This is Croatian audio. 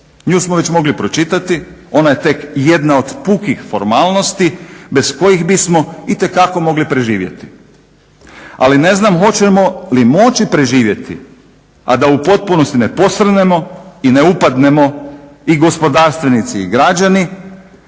Nju smo već mogli pročitati. Ona je tek jedna od pukih formalnosti bez kojih bismo itekako mogli preživjeti. Ali ne znam hoćemo li moći preživjeti, a da u potpunosti ne posrnemo i ne upadnemo i gospodarstvenici i građani